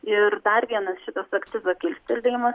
ir dar vienas šitas akcizo kilstelėjimas